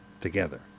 together